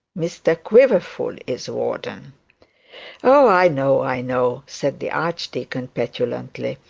mr quiverful is warden oh, i know, i know said the archdeacon, petulantly.